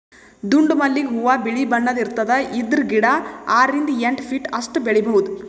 ದುಂಡ್ ಮಲ್ಲಿಗ್ ಹೂವಾ ಬಿಳಿ ಬಣ್ಣದ್ ಇರ್ತದ್ ಇದ್ರ್ ಗಿಡ ಆರರಿಂದ್ ಎಂಟ್ ಫೀಟ್ ಅಷ್ಟ್ ಬೆಳಿಬಹುದ್